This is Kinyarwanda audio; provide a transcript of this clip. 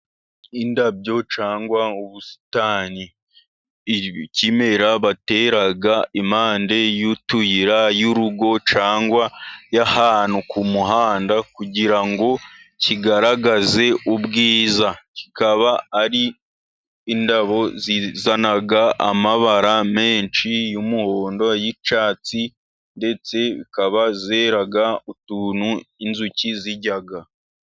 Indabyo cyangwa ubusitani, ikimera batera impande y'utuyira y'urugo, cyangwa y'ahantu ku muhanda, kugira ngo kigaragaze ubwiza. Kikaba ari indabo zizana amabara menshi y'umuhondo, y'icyatsi, ndetse zikaba zera utuntu inzuki zirya.